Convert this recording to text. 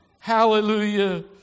Hallelujah